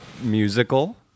musical